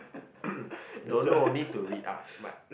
don't know need to read up but